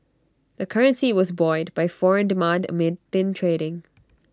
the currency was buoyed by foreign demand amid thin trading